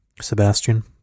Sebastian